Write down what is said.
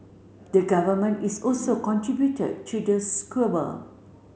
the Government is also contributed to the